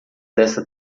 desta